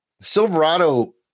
Silverado